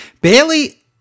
Bailey